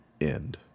End